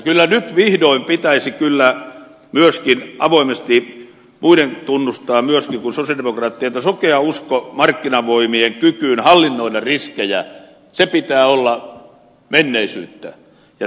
kyllä nyt vihdoin pitäisi avoimesti myöskin muiden kuin sosialidemokraattien tunnustaa että sokean uskon markkinavoimien kykyyn hallinnoida riskejä pitää olla menneisyyttä